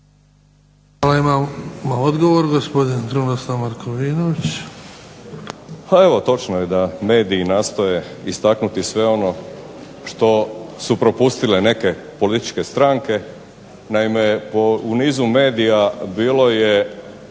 Hvala. Imamo odgovor, gospodin Krunoslav Markovinović.